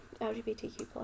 LGBTQ+